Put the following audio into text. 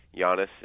Giannis